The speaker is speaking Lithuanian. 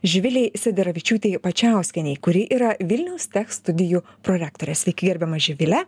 živilei sederevičiūtei pačiauskienei kuri yra vilniaus tech studijų prorektorės gerbiama živile